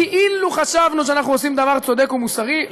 כאילו חשבנו שאנחנו עושים דבר צודק ומוסרי,